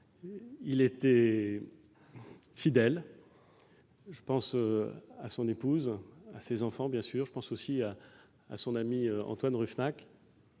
il était fidèle. Je pense à son épouse, à ses enfants, bien sûr, et je pense aussi à son ami Antoine Rufenacht.